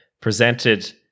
presented